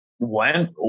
went